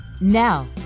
Now